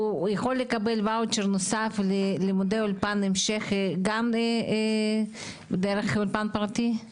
הוא יכול לקבל וואוצ'ר נוסף ללימודי אולפן המשך גם דרך אולפן פרטי?